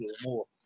more